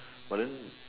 but then